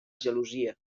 gelosia